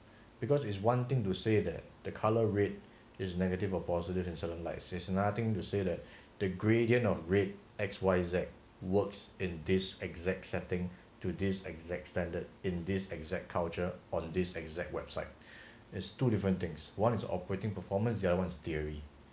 because is one thing to say that the color red is negative or positive in certain lights is nothing to say that the gradient of red x y z works in this exact setting to this exact standard in this exact culture on this exact website is two different things one is operating performance the other one is theory